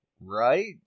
Right